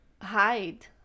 hide